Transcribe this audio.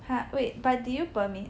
!huh! wait but did you perm it